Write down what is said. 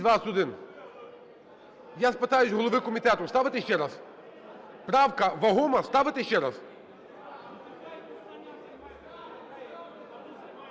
Я спитаю у голови комітету: ставити ще раз? Правка вагома? Ставити ще раз?